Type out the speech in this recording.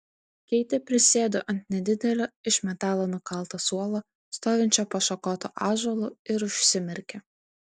keitė prisėdo ant nedidelio iš metalo nukalto suolo stovinčio po šakotu ąžuolu ir užsimerkė